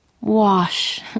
wash